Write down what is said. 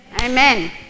amen